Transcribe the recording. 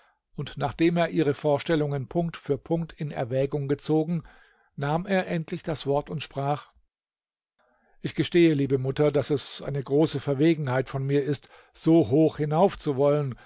und nachdem er ihre vorstellungen punkt für punkt in erwägung gezogen nahm er endlich das wort und sprach ich gestehe liebe mutter daß es eine große verwegenheit von mir ist so hoch hinauf zu wollen